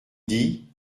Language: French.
dit